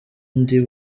ndi